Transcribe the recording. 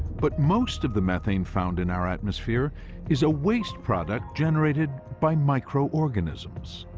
but most of the methane found in our atmosphere is a waste product generated by microorganisms.